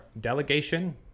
delegation